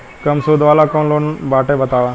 कम सूद वाला कौन लोन बाटे बताव?